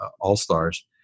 all-stars